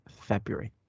February